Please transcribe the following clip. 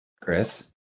Chris